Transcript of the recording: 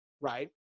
right